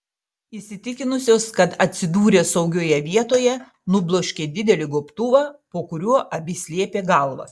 įsitikinusios kad atsidūrė saugioje vietoje nubloškė didelį gobtuvą po kuriuo abi slėpė galvas